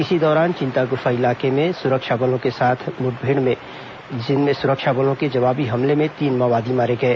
इसी दौरान चिंतागुफा इलाके में सुरक्षा बलों के साथ माओवादियों की मुठभेड़ हुई जिसमें सुरक्षा बलों के जवाबी हमले में तीन माओवादी मारे गए